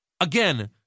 Again